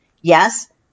Yes